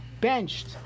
benched